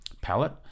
palette